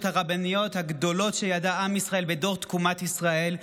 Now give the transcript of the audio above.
הרבניות הגדולות שידע עם ישראל בדור תקומת ישראל,